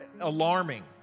alarming